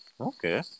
Okay